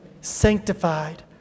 sanctified